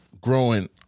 growing